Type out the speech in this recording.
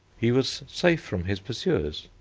he was safe from his pursuers.